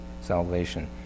salvation